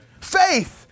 Faith